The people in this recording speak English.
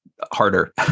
harder